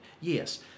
Yes